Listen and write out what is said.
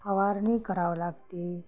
फवारणी करावं लागते